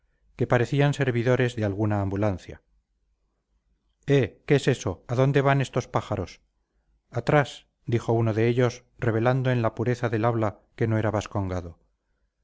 que parecían servidores de alguna ambulancia eh qué es eso a dónde van estos pájaros atrás dijo uno de ellos revelando en la pureza del habla que no era vascongado